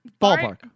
Ballpark